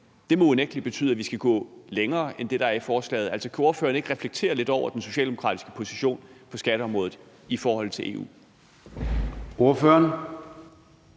Det må unægtelig betyde, at vi skal gå længere end det, der er i forslaget. Kan ordføreren ikke reflektere lidt over den socialdemokratiske position på skatteområdet i forhold til EU?